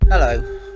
Hello